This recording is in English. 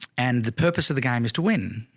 and the purpose of the game is to win.